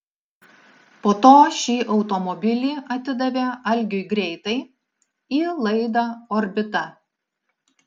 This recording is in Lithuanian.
po to šį automobilį atidavė algiui greitai į laidą orbita